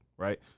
Right